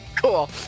Cool